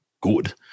good